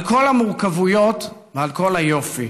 על כל המורכבויות ועל כל היופי,